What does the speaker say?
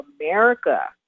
America